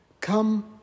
Come